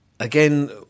Again